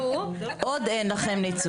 עוד יהיה לכן.